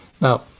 Now